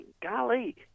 golly